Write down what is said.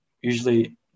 usually